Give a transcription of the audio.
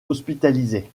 hospitalisée